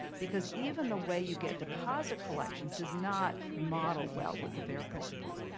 because even the way you get to pause a collection does not model well with the fair principles.